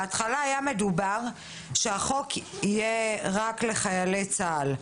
בהתחלה היה מדובר שהחוק יהיה רק לחיילי צה"ל.